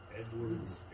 edwards